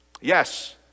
Yes